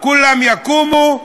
כולם יקומו,